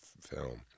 film